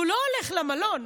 הוא לא הולך למלון,